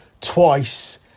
twice